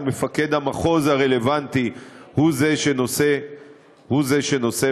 אלא מפקד המחוז הרלוונטי הוא שנושא באחריות,